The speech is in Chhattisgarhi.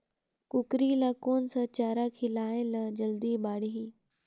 कूकरी ल कोन सा चारा खिलाय ल जल्दी बाड़ही?